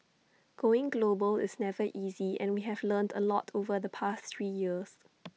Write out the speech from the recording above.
going global is never easy and we have learned A lot over the past three years